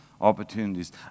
Opportunities